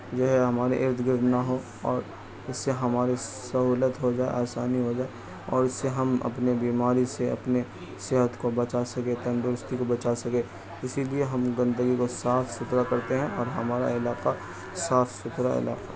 جو ہے ہمارے ارد گرد نہ ہو اور اس سے ہماری سہولت ہو جائے آسانی ہو جائے اور اس سے ہم اپنے بیماری سے اپنے صحت کو بچا سکیں تندرستی کو بچا سکیں اسی لیے ہم گندگی کو صاف ستھرا کرتے ہیں اور ہمارا علاقہ صاف ستھرا علاقہ